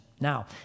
Now